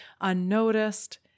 unnoticed